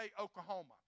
Oklahoma